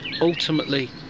ultimately